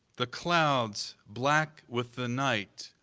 the clouds, black with the night,